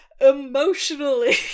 emotionally